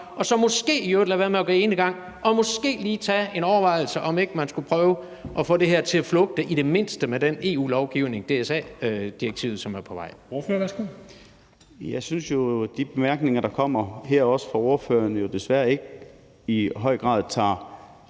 og så måske i øvrigt lade være med at gå enegang og måske lige tage en overvejelse om, om ikke man skulle prøve at få det her til at flugte i det mindste med den EU-lovgivning med DSA-direktivet, som er på vej. Kl. 13:58 Formanden (Henrik Dam Kristensen): Ordføreren, værsgo. Kl. 13:58 Malte